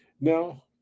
Now